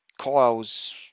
Kyle's